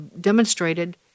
demonstrated